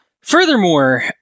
furthermore